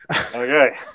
okay